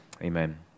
amen